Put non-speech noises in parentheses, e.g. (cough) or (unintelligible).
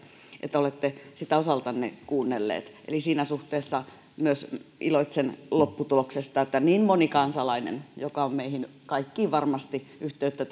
että olette sitä osaltanne kuunnelleet eli myös siinä suhteessa iloitsen lopputuloksesta että niin moni kansalainen on meihin kaikkiin varmasti yhteyttä (unintelligible)